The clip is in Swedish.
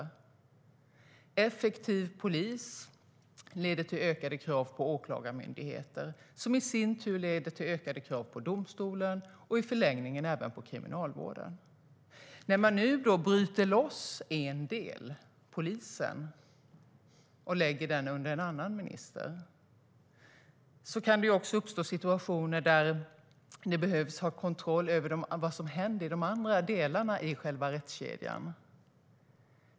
Effektiv polis leder till ökade krav på åklagarmyndigheter, vilket i sin tur leder till ökade krav på domstolar och i förlängningen även på kriminalvården. När man nu bryter loss en del, det vill säga polisen, och lägger den under en annan minister kan det också uppstå situationer där man behöver ha kontroll över vad som händer i de andra delarna i rättskedjan.